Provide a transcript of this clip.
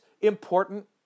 important